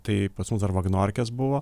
tai pas mus dar vagnorkės buvo